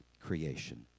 creation